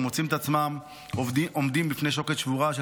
ומוצאות את עצמן עומדות בפני שוקת שבורה של